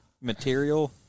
material